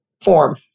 form